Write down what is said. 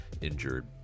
injured